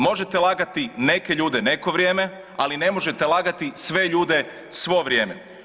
Možete lagati neke ljude neko vrijeme, ali ne možete lagati sve ljude svo vrijeme.